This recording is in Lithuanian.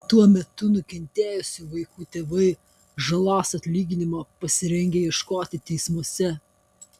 tuo metu nukentėjusių vaikų tėvai žalos atlyginimo pasirengę ieškoti teismuose